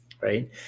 Right